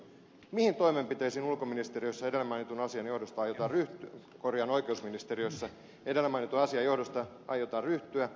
mihin toimenpiteisiin oikeusministeriössä edellä mainitun asian johdosta ohi norjan oikeusministeriössä edellä mainittu asia josta aiotaan ryhtyä